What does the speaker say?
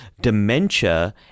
dementia